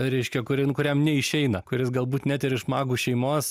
reiškia kuri kuriam neišeina kuris galbūt net ir iš magų šeimos